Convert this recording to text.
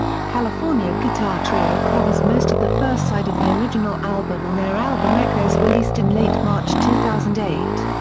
california guitar trio covers most of the first side of the original album on their album echoes released in late march two thousand and eight.